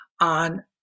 on